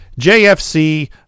JFC